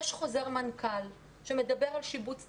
יש חוזר מנכ"ל שמדבר על שיבוץ תלמידים.